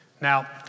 Now